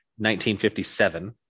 1957